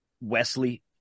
Wesley